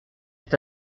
est